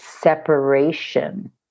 separation